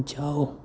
जाओ